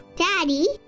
Daddy